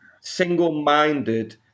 single-minded